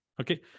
Okay